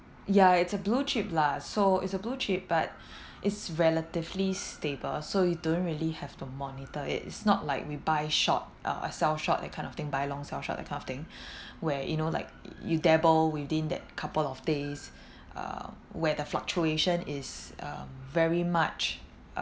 ya it's a blue chip lah so it's a blue chip but it's relatively stable so you don't really have to monitor it it's not like we buy short uh sell short that kind of thing buy long sell short that kind of thing where you know like you dabble within that couple of days uh where the fluctuation is um very much